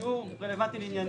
שרלוונטי לענייננו.